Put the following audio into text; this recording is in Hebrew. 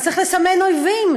אז צריך לסמן אויבים,